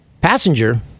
passenger